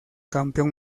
campeón